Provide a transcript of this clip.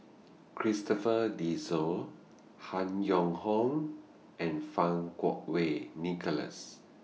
Christopher De Souza Han Yong Hong and Fang Kuo Wei Nicholas